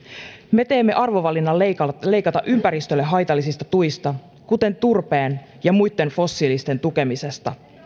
me teemme arvovalinnan leikata leikata ympäristölle haitallisista tuista kuten turpeen ja muitten fossiilisten tukemisesta